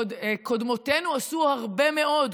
עוד קודמותינו עשו הרבה מאוד,